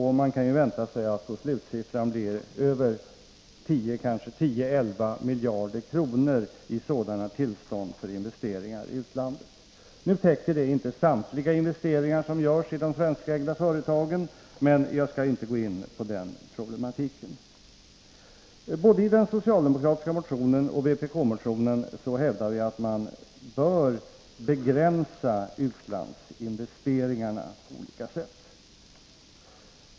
Man kan vänta sig att slutsiffran kan bli 10-11 miljarder kronor när det gäller sådana tillstånd för investeringar i utlandet. Nu täcker inte detta samtliga investeringar som görs i de svenskägda företagen, men jag skall inte gå in på den problematiken. Både i den socialdemokratiska motionen och i vpk-motionen hävdas att utlandsinvesteringarna på olika sätt bör begränsas.